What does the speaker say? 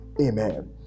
Amen